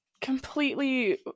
completely